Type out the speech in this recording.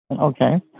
Okay